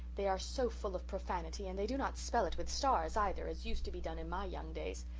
they are so full of profanity and they do not spell it with stars either, as used to be done in my young days.